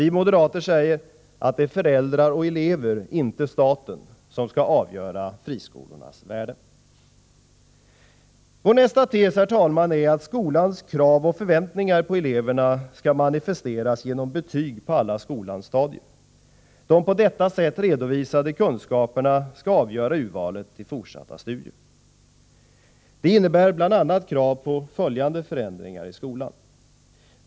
Vi moderater hävdar att föräldrar och elever, inte staten, skall avgöra friskolornas värde. Vår nästa tes, herr talman, är att skolans krav och förväntningar på eleverna skall manifesteras genom betyg på skolans alla stadier. De på detta sätt redovisade kunskaperna skall avgöra urvalet till fortsatta studier. Det innebär bl.a. krav på följande förändringar i skolan. 1.